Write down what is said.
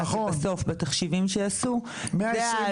כי בסוף בתחשיבים שעשו זו העלות.